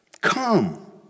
Come